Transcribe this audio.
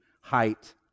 height